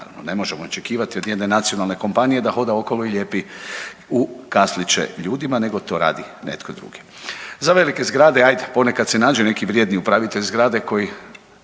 Naravno, ne možemo očekivati od jedne nacionalne kompanije da hoda okolo i lijepi u kasliće ljudima nego to radi netko drugi. Za velike zgrade, ajde, ponekad se nađe neki vrijedni upravitelj zgrade koji